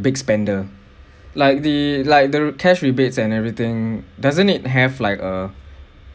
big spender like the like the cash rebates and everything doesn't it have like a